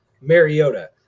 Mariota